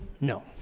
No